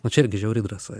nu čia irgi žiauri drąsa